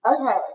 Okay